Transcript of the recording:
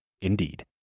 Indeed